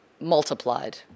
multiplied